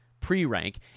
pre-rank